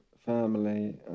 family